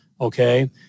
okay